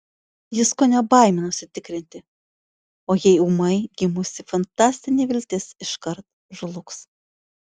jis kone baiminosi tikrinti o jei ūmai gimusi fantastinė viltis iškart žlugs